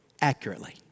accurately